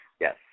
Yes